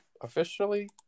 officially